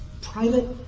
private